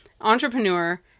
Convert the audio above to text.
entrepreneur